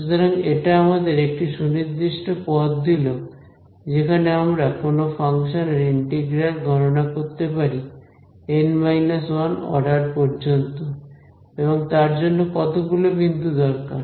সুতরাং এটা আমাদের একটা সুনির্দিষ্ট পথ দিল যেখানে আমরা কোন ফাংশনের ইন্টিগ্রাল গণনা করতে পারি N 1 অর্ডার পর্যন্ত এবং তার জন্য কতগুলো বিন্দু দরকার